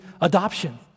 adoption